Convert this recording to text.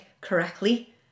correctly